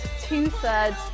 two-thirds